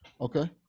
Okay